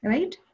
Right